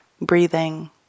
breathing